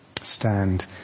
Stand